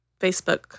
Facebook